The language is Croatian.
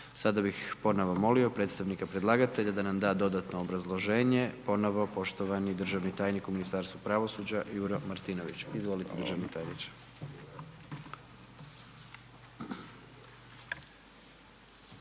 Sada bih ponovo molio predstavnika predlagatelja da nam da dodatno obrazloženje. Ponovo poštovani državni tajnik u Ministarstvu pravosuđa Juro Martinović. Izvolite državni tajniče.